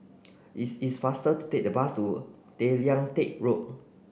is is faster to take the bus to Tay Lian Teck Road